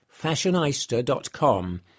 fashionista.com